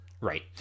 right